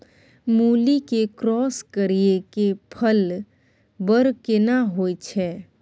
मूली के क्रॉस करिये के फल बर केना होय छै?